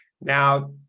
Now